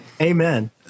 Amen